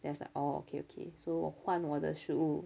then I was like oh okay okay so 换我的食物